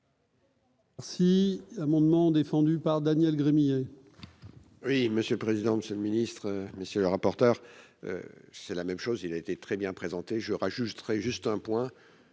Si l'amendement défendu par Daniel Gremillet. Oui, monsieur le président, Monsieur le Ministre, monsieur le rapporteur, c'est la même chose, il a été très bien présenté, je juge très juste un point,